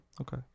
okay